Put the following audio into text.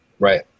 Right